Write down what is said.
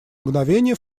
мгновение